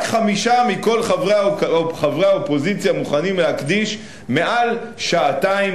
רק חמישה מכל חברי האופוזיציה מוכנים להקדיש מעל שעתיים